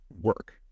work